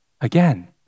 again